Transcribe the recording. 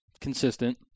consistent